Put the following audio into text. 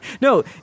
No